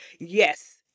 yes